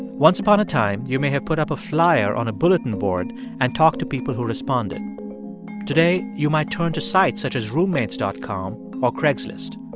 once upon a time, you may have put up a flyer on a bulletin board and talked to people who responded today, you might turn to sites such as roommates dot com or craigslist.